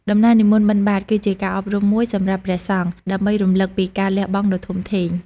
ដំណើរនិមន្តបិណ្ឌបាត គឺជាការអប់រំមួយសម្រាប់ព្រះសង្ឃ ដើម្បីរំលឹកពីការលះបង់ដ៏ធំធេង។